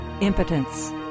impotence